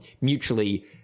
mutually